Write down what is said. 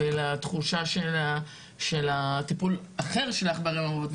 ולתחושה של הטיפול האחר שלך בערים המעורבות,